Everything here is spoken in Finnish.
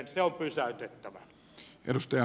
se on pysäytettävä